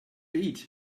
eat